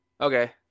okay